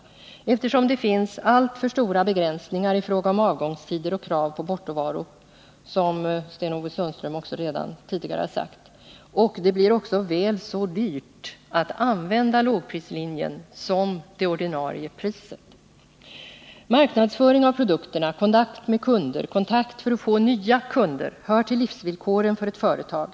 Såsom också Sten-Ove Sundström sade gäller för dem alltför Nr 30 stora begränsningar i fråga om avgångstider och även i fråga om krav på Fredagen den bortovarons längd, vilket gör att det blir väl så dyrt att utnyttja lågprislinjerna 16 november 1979 som att betala det ordinarie priset. ——— RR Marknadsföring av produkterna, kontakt med kunder liksom möjligheter Om biljettpriserna att skapa nya kundkontakter hör till livsvillkoren för ett företag.